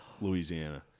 Louisiana